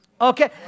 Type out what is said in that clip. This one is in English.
Okay